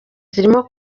zirimo